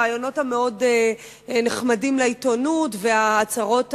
הראיונות המאוד נחמדים לעיתונות וההצהרות